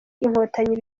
inkotanyi